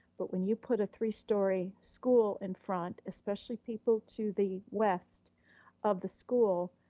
but when you put a three-story school in front, especially people to the west of the school,